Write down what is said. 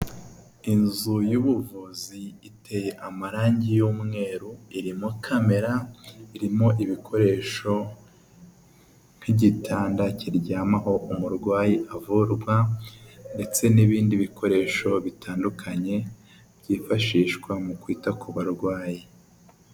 Inzu y'ubuvuzi iteye amarangi y'umweru, irimo kamera, irimo ibikoresho nk'igitanda kiryamaho umurwayi avurwa ndetse n'ibindi bikoresho bitandukanye, byifashishwa mu kwita ku barwayi.